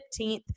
15th